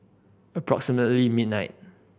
approximately midnight